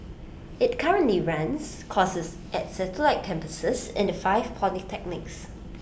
IT currently runs courses at satellite campuses in the five polytechnics